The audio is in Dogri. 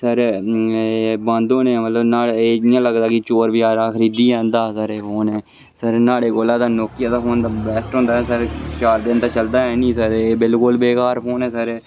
एह् बंद होने कोला इं'या लगदा के चोर बजारै दा खरीदियै आहने दा एह् फोन सर न्हाड़े कोला ते नोकिया दा फोन ते बैस्ट होंदा ऐ पर चार दिन ते चलदा निं ऐ फोन बिल्कुल बेकार फोन ऐ सर